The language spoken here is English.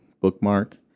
bookmark